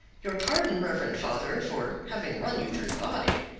your pardon, reverend father, for having run you through the body.